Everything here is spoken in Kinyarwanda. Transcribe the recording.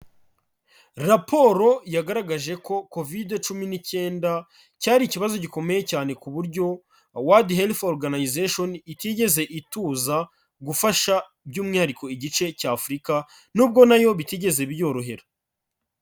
Raporo yagaragaje ko Kovide cumi n'icyenda, cyari ikibazo gikomeye cyane ku buryo world health organization itigeze ituza gufasha by'umwihariko igice cya Afurika nubwo na yo bitigeze biyorohera.